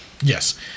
yes